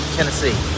Tennessee